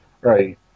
Right